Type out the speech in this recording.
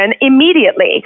immediately